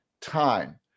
time